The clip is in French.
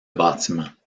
bâtiments